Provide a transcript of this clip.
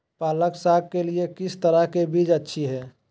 पालक साग के लिए किस तरह के बीज अच्छी है?